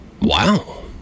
Wow